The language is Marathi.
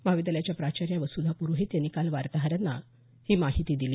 महाविद्यालयाच्या प्राचार्या वसुधा पुरोहित यांनी काल वार्ताहरांना ही माहिती दिली